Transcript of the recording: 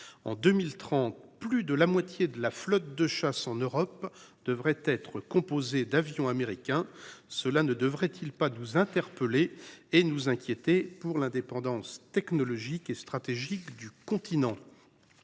En 2030, plus de la moitié de la flotte de chasse en Europe devrait être composée d’avions américains ; cela ne devrait il pas nous inquiéter quant à l’indépendance technologique et stratégique de notre continent ?